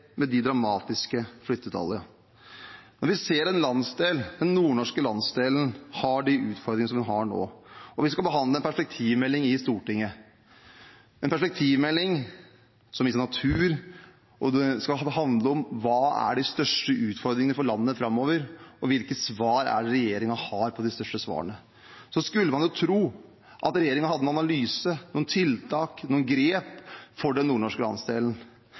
de dramatiske flyttetallene. Vi ser en landsdel, den nordnorske landsdelen, som har de utfordringene som den har nå, og vi skal behandle en perspektivmelding i Stortinget, en perspektivmelding som i sin natur skal handle om hva som er de største utfordringene for landet framover, og hvilket svar regjeringen har på de største spørsmålene. Da skulle man jo tro at regjeringen hadde en analyse, noen tiltak, noen grep, for den nordnorske landsdelen.